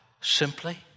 Simply